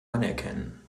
anerkennen